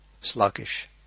sluggish